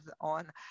on